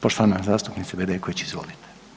Poštovana zastupnice Bedeković, izvolite.